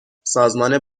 سازمان